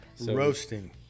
Roasting